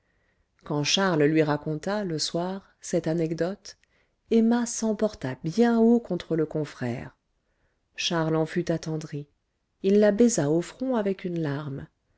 quand charles lui raconta le soir cette anecdote emma s'emporta bien haut contre le confrère charles en fut attendri il la baisa au front avec une larme